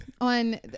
on